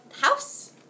house